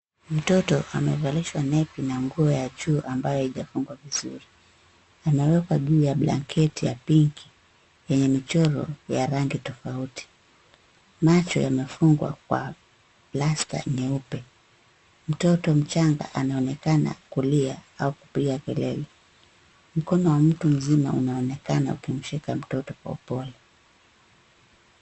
Mtoto amevalishwa nepi na nguo ya juu ambayo haijafungwa vizuri. Anawekwa kuwa juu ya blanket ya pinki, yenye michoro ya rangi tofauti. Macho yamefungwa kwa plaster nyeupe. Mtoto mchanga anaonekana kulia au kupiga kelele. Mkono wa mtu mzima unaonekana ukimshika mtoto kwa upole.